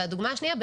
הדוגמה השנייה.